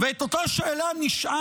ואת אותה שאלה נשאל